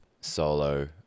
solo